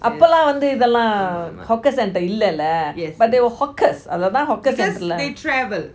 அப்போல்லாம் வந்து இத்தலம்:apolam vanthu ithulam hawker centre இல்லாத:illala but there were hawkers அது தான்:athu thaan hawkers இருக்குல்ல:irukula